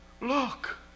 Look